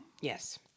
Yes